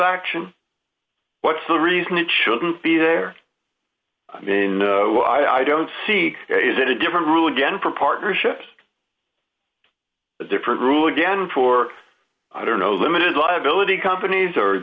action what's the reason it shouldn't be there i don't see is it a different rule again for partnerships a different rule again for i don't know limited liability companies or